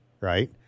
right